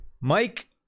Mike